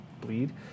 bleed